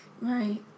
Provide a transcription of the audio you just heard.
Right